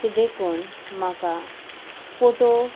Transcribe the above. so देखून म्हाका photo